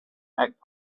act